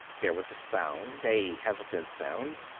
there was sound, a hesitant sound.